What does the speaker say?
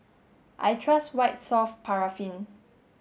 I trust White Soft Paraffin